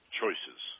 choices